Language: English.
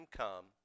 come